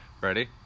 Ready